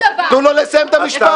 תנו לו לסיים את המשפט.